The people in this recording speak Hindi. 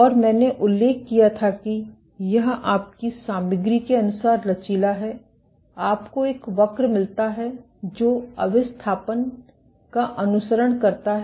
और मैंने उल्लेख किया था कि यह आपकी सामग्री के अनुसार लचीला है आपको एक वक्र मिलता है जो अभिस्थापन का अनुसरण करता है